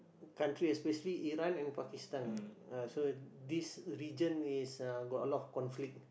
country especially Iran and Pakistan ah so this region is uh got a lot of conflict